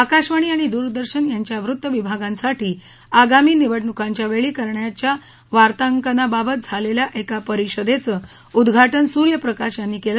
आकाशवाणी आणि दूरदर्शन यांच्या वृत्तविभागांसाठी आगामी निवडणूकांच्यावेळी करण्याच्या वार्तांकनाबाबत झालेल्या एका परिषदेचं उद्घाटन सूर्यप्रकाश यांनी केलं